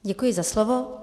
Děkuji za slovo.